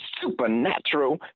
supernatural